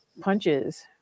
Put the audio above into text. punches